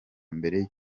mbere